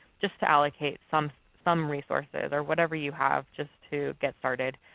just to allocate some some resources or whatever you have just to get started.